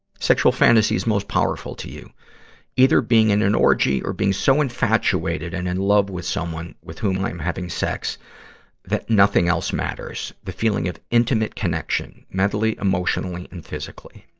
sexual fantasies most powerful to you either being in an orgy or so infatuated and in love with someone with whom i'm having sex that nothing else matters. the feeling of intimate connection mentally, emotionally, and physically.